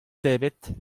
debret